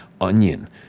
onion